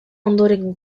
ondorengo